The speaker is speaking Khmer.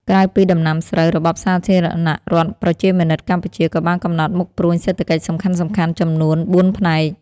ក្រៅពីដំណាំស្រូវ របបសាធារណរដ្ឋប្រជាមានិតកម្ពុជា ក៏បានកំណត់មុខព្រួញសេដ្ឋកិច្ចសំខាន់ៗចំនួនបួនផ្នែក។